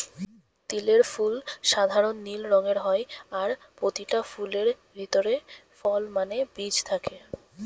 তিলের ফুল সাধারণ নীল রঙের হয় আর পোতিটা ফুলের ভিতরে ফল মানে বীজ থাকে